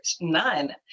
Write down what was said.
none